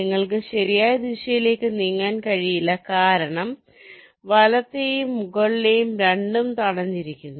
നിങ്ങൾക്ക് ശരിയായ ദിശയിലേക്ക് നീങ്ങാൻ കഴിയില്ല കാരണം വലത്തേയും മുകളിലേയും രണ്ടും തടഞ്ഞിരിക്കുന്നു